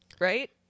Right